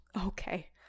okay